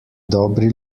dobri